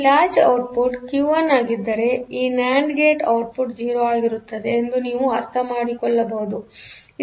ಈ latch output Q 1 ಆಗಿದ್ದರೆಈ NAND gate output 0 ಆಗಿರುತ್ತದೆ ಎಂದು ನೀವು ಅರ್ಥಮಾಡಿಕೊಳ್ಳಬಹುದು